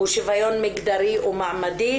הוא שוויון מגדרי ומעמדי,